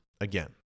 again